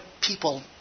people